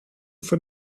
for